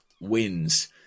wins